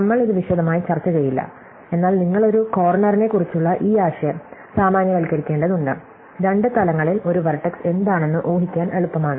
നമ്മൾ ഇത് വിശദമായി ചർച്ച ചെയ്യില്ല എന്നാൽ നിങ്ങൾ ഒരു കോർനറിനെ കുറിച്ചുള്ള ഈ ആശയം സാമാന്യവൽക്കരിക്കേണ്ടതുണ്ട് രണ്ട് തലങ്ങളിൽ ഒരു വെർടെക്സ് എന്താണെന്ന് ഊഹിക്കാൻ എളുപ്പമാണ്